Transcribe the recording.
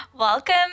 Welcome